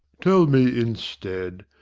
tell me, instead,